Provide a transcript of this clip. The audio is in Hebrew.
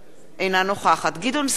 אינה נוכחת גדעון סער,